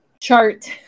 chart